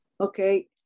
Okay